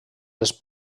les